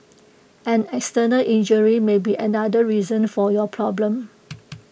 an external injury may be another reason for your problem